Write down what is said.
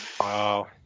Wow